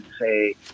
say